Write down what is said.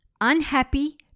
unhappy